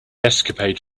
escapade